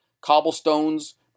Cobblestones